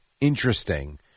interesting